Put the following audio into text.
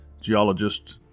geologist